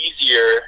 easier